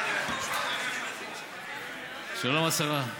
שלום, השרה.